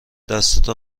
دستتو